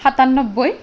সাতান্নব্বৈ